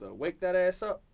wake that ass up.